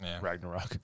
Ragnarok